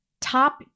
top